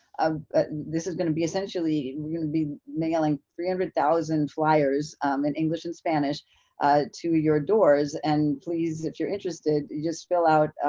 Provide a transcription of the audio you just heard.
ah ah this is gonna be essentially, essentially, we're gonna be mailing three hundred thousand fliers in english and spanish to your doors, and please, if you're interested, you just fill out,